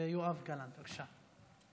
יואב גלנט, בבקשה.